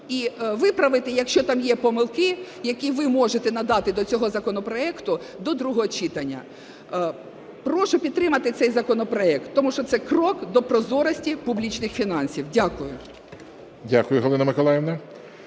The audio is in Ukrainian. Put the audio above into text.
і виправити, якщо там є, помилки, які ви можете надати до цього законопроекту до другого читання. Прошу підтримати цей законопроект, тому що це крок до прозорості публічних фінансів. Дякую. ГОЛОВУЮЧИЙ. Дякую, Галина Миколаївна.